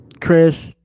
Chris